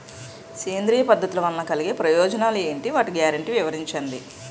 సేంద్రీయ పద్ధతుల వలన కలిగే ప్రయోజనాలు ఎంటి? వాటి గ్యారంటీ వివరించండి?